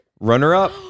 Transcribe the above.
runner-up